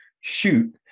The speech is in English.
shoot